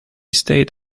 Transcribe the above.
stayed